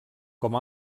com